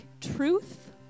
truth